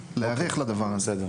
כדי להיערך לדבר הזה.